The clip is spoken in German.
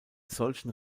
solchen